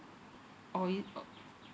oh yeah